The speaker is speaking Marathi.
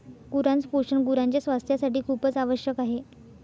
गुरांच पोषण गुरांच्या स्वास्थासाठी खूपच आवश्यक आहे